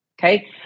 Okay